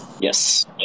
Yes